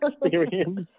experience